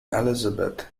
elizabeth